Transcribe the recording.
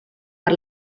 per